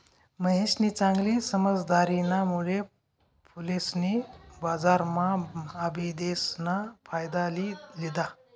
महेशनी चांगली समझदारीना मुळे फुलेसनी बजारम्हा आबिदेस ना फायदा लि लिदा